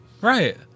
Right